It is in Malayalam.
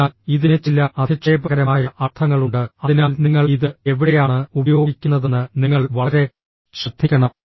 അതിനാൽ ഇതിന് ചില അധിക്ഷേപകരമായ അർത്ഥങ്ങളുണ്ട് അതിനാൽ നിങ്ങൾ ഇത് എവിടെയാണ് ഉപയോഗിക്കുന്നതെന്ന് നിങ്ങൾ വളരെ ശ്രദ്ധിക്കണം